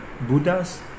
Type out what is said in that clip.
Buddhas